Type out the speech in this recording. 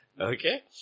Okay